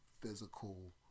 physical